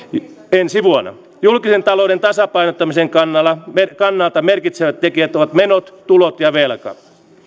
ensi vuonna julkisen talouden tasapainottamisen kannalta merkitsevät tekijät ovat menot tulot ja velka